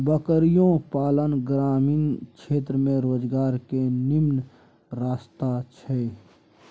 बकरियो पालन ग्रामीण क्षेत्र में रोजगार के निम्मन रस्ता छइ